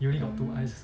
hmm